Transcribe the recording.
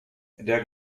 der